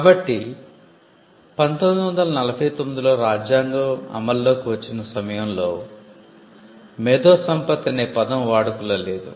కాబట్టి 1949 లో రాజ్యాంగం అమల్లోకి వచ్చిన సమయంలో మేధో సంపత్తి అనే పదం వాడుకలో లేదు